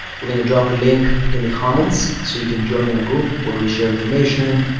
we're going to drop a link in the comments so you can join our group where we share information,